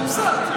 זה מה שפורסם.